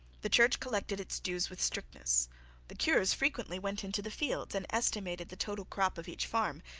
the church collected its dues with strictness the cures frequently went into the fields and estimated the total crop of each farm,